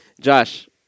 Josh